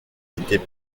était